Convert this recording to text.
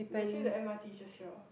imagine the m_r_t is just here